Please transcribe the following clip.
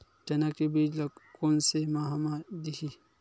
चना के बीज ल कोन से माह म दीही?